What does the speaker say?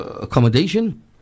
accommodation